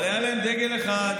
אבל היה להם דגל אחד,